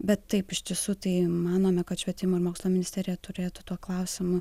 bet taip iš tiesų tai manome kad švietimo ir mokslo ministerija turėtų tuo klausimu